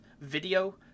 video